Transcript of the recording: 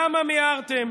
למה מיהרתם?